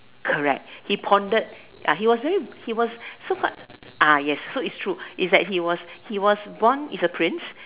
correct he pondered ya he was very he was so called ah yes so it's true it's that he was he was born is a prince